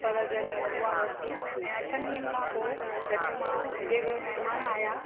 पर जॾहिं उहा वरिती ऐं अठनि ॾींहंनि खां पोइ जॾहिं मां मुंहिंजे घर महिमान आया